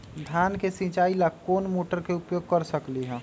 धान के सिचाई ला कोंन मोटर के उपयोग कर सकली ह?